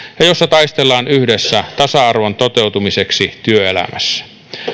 ja jossa taistellaan yhdessä tasa arvon toteutumiseksi työelämässä